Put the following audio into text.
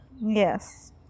Yes